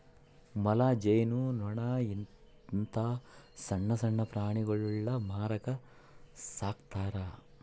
ಮೊಲ, ಜೇನು ನೊಣ ಇಂತ ಸಣ್ಣಣ್ಣ ಪ್ರಾಣಿಗುಳ್ನ ಮಾರಕ ಸಾಕ್ತರಾ